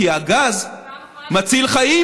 כי הגז מציל חיים,